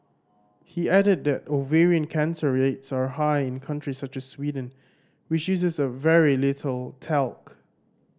he added that ovarian cancer rates are high in countries such as Sweden which uses very little talc